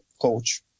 coach